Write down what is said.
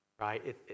Right